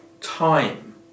time